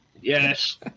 yes